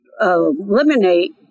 eliminate